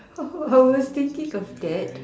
I was thinking of that